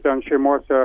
ten šeimose